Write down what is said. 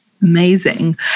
Amazing